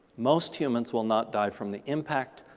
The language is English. most humans will not die from the impact,